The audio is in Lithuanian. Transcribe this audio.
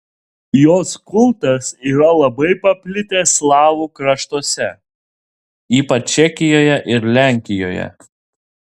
jos kultas yra labai paplitęs slavų kraštuose ypač čekijoje ir lenkijoje